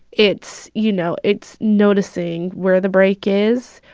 it's you know, it's noticing where the break is,